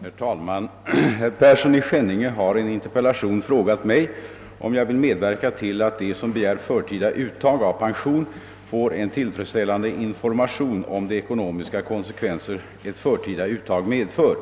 Herr talman! Herr Persson i Skänninge har i en interpellation frågat mig dels om jag vill medverka till att de som begär förtida uttag av pension får en tillfredsställande information om de ekonomiska konsekvenser ett förtida uttag medför,